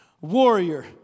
warrior